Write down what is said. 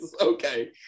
okay